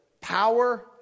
power